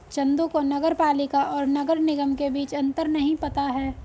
चंदू को नगर पालिका और नगर निगम के बीच अंतर नहीं पता है